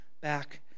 back